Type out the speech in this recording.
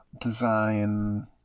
design